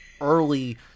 early